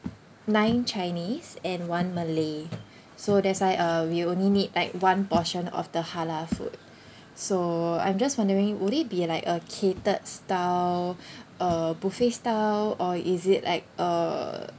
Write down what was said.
nine chinese and one malay so that's why uh we only need like one portion of the halal food so I'm just wondering would it be like a catered style uh buffet style or is it like uh